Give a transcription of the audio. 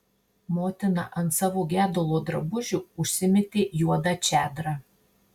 motina ant savo gedulo drabužių užsimetė juodą čadrą